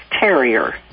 Terrier